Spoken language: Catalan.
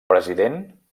president